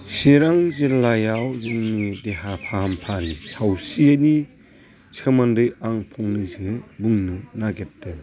चिरां जिल्लायाव जोंनि देहा फाहामसालि सावस्रिनि सोमोन्दै आं फंनैसो बुंनो नागिरदों